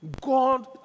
God